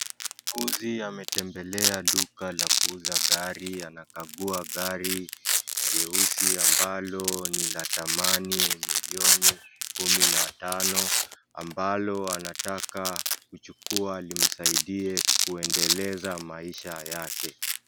Mnunuzi ametembelea duka la kuuza gari anakagua gari jeusi ambalo linathamani milioni kumi na tano ambalo anataka kuchukua limsaidie kuendeleza maisha yake .